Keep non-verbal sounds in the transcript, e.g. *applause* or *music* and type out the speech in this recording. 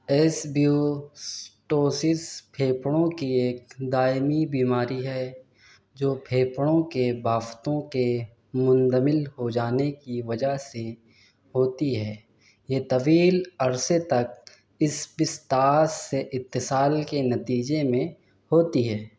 *unintelligible* پھیپھڑوں کی ایک دائمی بیماری ہے جو پھیپھڑوں کے بافتوں کے مندمل ہو جانے کی وجہ سے ہوتی ہے یہ طویل عرصے تک اسبسطاس سے اتصال کے نتیجے میں ہوتی ہے